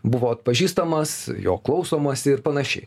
buvo atpažįstamas jo klausomasi ir panašiai